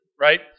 Right